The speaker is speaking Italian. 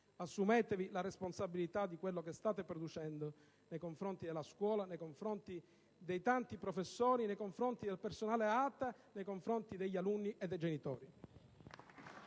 Assumetevi la responsabilità di quello che state producendo nei confronti della scuola, nei confronti dei tanti professori, nei confronti del personale ATA, nei confronti degli alunni e dei genitori.